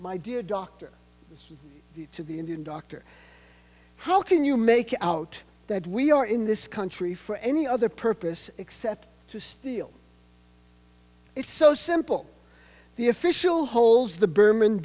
my dear doctor to the indian doctor how can you make out that we are in this country for any other purpose except to steal it's so simple the official holds the burman